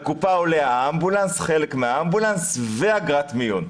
לקופה עולה חלק מן האמבולנס ואגרת מיון.